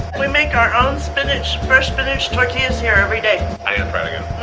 we make our own spinach fresh finish for kids here every day